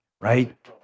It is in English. right